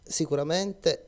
sicuramente